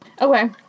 Okay